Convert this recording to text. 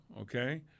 okay